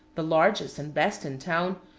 the largest and best in town,